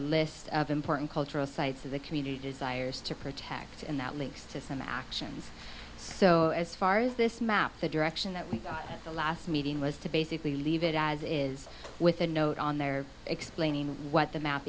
list of important cultural sites of the community desires to protect and that links to some actions so as far as this map the direction that we the last meeting was to basically leave it as it is with a note on their explaining what the ma